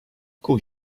kuj